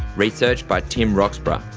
research by tim roxburgh,